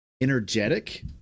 energetic